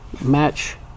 match